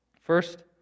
First